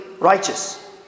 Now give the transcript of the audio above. righteous